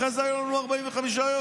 אחרי זה היו לנו 45 יום.